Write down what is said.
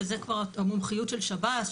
וזה כבר המומחיות של שב"ס,